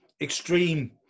extreme